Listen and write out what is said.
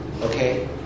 Okay